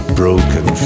broken